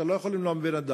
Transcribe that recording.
אתה לא יכול למנוע מבן-אדם,